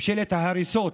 ממשלת ההריסות.